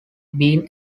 being